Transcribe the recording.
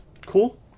Cool